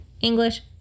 English